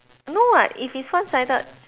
no [what] if it's one sided